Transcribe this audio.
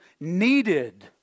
needed